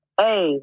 hey